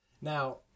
Now